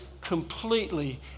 completely